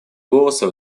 голоса